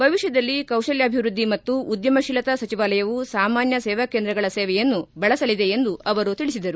ಭವಿಷ್ಠದಲ್ಲಿ ಕೌಶಲ್ಕಾಭಿವೃದ್ಧಿ ಮತ್ತು ಉದ್ಯಮಶೀಲತಾ ಸಚಿವಾಲಯವು ಸಾಮಾನ್ಯ ಸೇವಾಕೇಂದ್ರಗಳ ಸೇವೆಯನ್ನು ಬಳಸಲಿದೆ ಎಂದು ಅವರು ತಿಳಿಸಿದರು